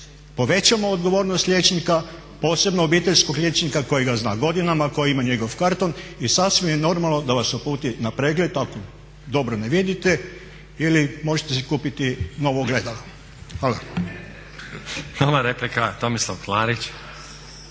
povećamo odgovornost liječnika posebno obiteljskog liječnika koji ga zna godinama, koji ima njegov karton i sasvim je normalno da vas uputi na pregled ako dobro ne vidite ili si možete kupiti novo ogledalo. Hvala. **Stazić, Nenad (SDP)**